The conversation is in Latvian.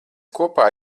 kopā